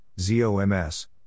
z-o-m-s